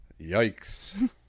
Yikes